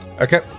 Okay